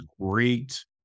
great